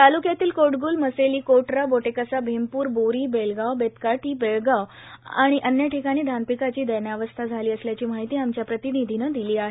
तालुक्यातील कोटगूल मसेली कोटरा बोटेकसा भीमपूर बोरी बेलगाव बेत्काठी बेळगाव आणि अन्य् ठिकाणी धानपिकाची दैनावस्था झाली असल्याची माहिती आमच्या प्रतिनिधीने दिली आहे